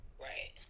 Right